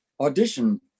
audition